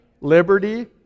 liberty